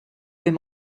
him